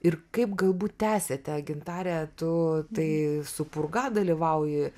ir kaip galbūt tęsiate gintare tu tai su purga dalyvauji